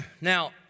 Now